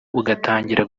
ugatangira